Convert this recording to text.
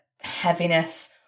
heaviness